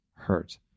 Hurt